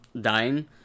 dying